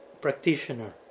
practitioner